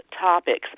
topics